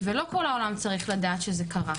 ולא כל העולם צריך לדעת שזה קרה,